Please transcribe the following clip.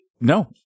no